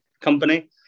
company